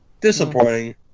Disappointing